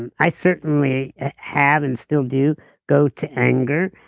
and i certainly ah have and still do go to anger,